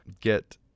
get